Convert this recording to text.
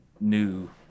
new